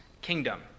kingdom